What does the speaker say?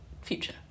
future